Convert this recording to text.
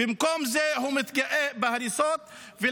הוא מתגאה בהריסות במקום זה.